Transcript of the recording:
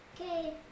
Okay